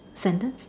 sentence